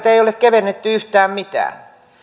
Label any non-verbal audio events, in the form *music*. *unintelligible* ei ole kevennetty yhtään mitään